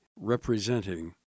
representing